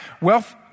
wealth